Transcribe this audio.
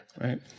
right